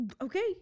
okay